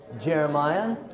Jeremiah